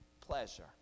pleasure